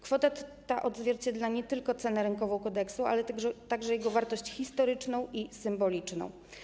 Kwota ta odzwierciedla nie tylko cenę rynkową kodeksu, ale także jego wartość historyczną i symboliczną.